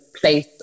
place